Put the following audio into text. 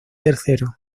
tercero